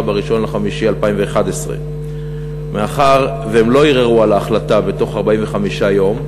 ב-1 במאי 2011. מאחר שהם לא ערערו על ההחלטה בתוך 45 יום,